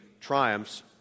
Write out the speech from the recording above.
triumphs